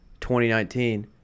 2019